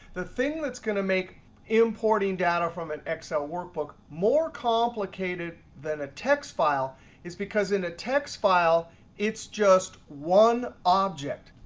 the thing that's going to make importing data from an excel workbook more complicated than a text file is because in a text file it's just one object.